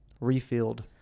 refilled